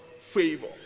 favor